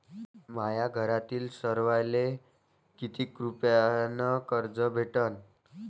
माह्या घरातील सर्वाले किती रुप्यान कर्ज भेटन?